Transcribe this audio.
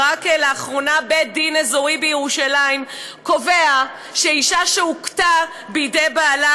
ורק לאחרונה בית-דין אזורי בירושלים קובע שאישה שהוכתה בידי בעלה,